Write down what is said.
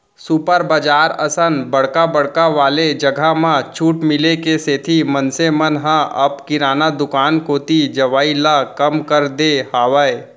super बजार असन बड़का बड़का वाले जघा म छूट मिले के सेती मनसे मन ह अब किराना दुकान कोती जवई ल कम कर दे हावय